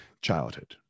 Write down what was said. childhood